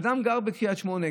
אדם גר בקריית שמונה,